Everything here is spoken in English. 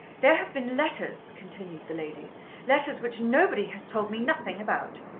there have been letters, continued the lady letters which nobody has told me nothing about.